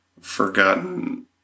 forgotten